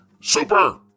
Super